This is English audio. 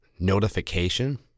notification